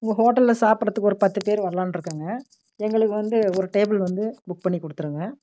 உங்கள் ஹோட்டலில் சாப்பிட்றதுக்கு ஒரு பத்து பேர் வரலான்னு இருக்கோங்க எங்களுக்கு வந்து ஒரு டேபுள் வந்து புக் பண்ணி கொடுத்துருங்க